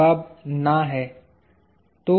जवाब न है